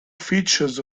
features